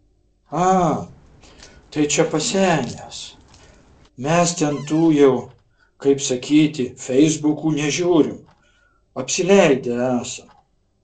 a tai čia pasenęs mes ten tų jau kaip sakyti feisbukų nežiūrim apsileidę esam